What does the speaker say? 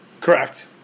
Correct